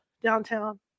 downtown